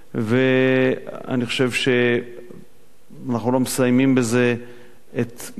אני חושב שאנחנו לא מסיימים בזה את מכלול